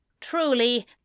truly